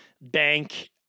Bank